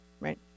Right